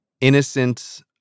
innocent